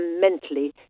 Mentally